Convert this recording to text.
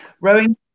Rowing